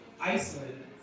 Iceland